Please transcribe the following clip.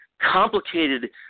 complicated